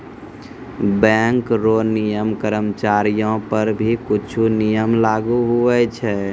bank रो नियम कर्मचारीयो पर भी कुछु नियम लागू हुवै छै